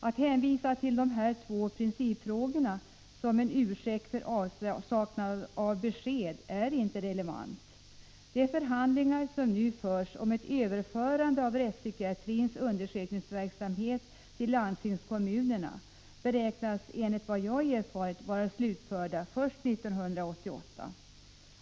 Att hänvisa till de två principfrågorna som en ursäkt för avsaknaden av besked är inte relevant. De förhandlingar som nu förs om ett överförande av rättspsykiatrins undersökningsverksamhet till landstingskommunerna beräknas, enligt vad jag erfarit, vara slutförda först 1988.